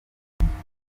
abakoze